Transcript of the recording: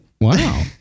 wow